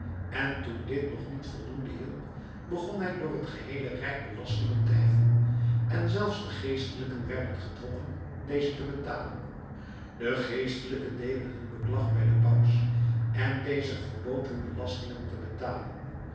en toen dit nog niet voldoende hielp begon hij door het geheele rijk belastingen te heffen en zelfs de geestelijken werden gedwongen deze te betalen de geestelijken deden hun beklag bij den paus en deze verbood hun belastingen te betalen